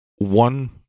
One